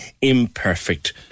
Imperfect